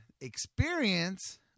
experience